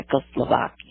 Czechoslovakia